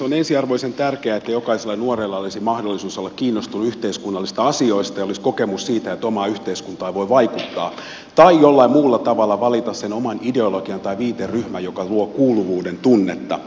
on ensiarvoisen tärkeää että jokaisella nuorella olisi mahdollisuus olla kiinnostunut yhteiskunnallisista asioista ja olisi kokemus siitä että omaan yhteiskuntaan voi vaikuttaa tai voisi jollain muulla tavalla valita sen oman ideologian tai viiteryhmän joka luo kuuluvuuden tunnetta